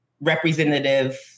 representative